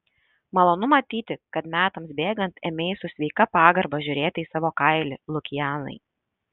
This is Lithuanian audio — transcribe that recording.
malonu matyti kad metams bėgant ėmei su sveika pagarba žiūrėti į savo kailį lukianai